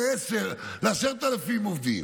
ל-10,000 עובדים.